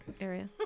area